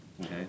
okay